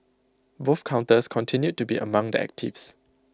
both counters continued to be among the actives